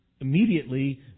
immediately